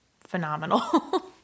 Phenomenal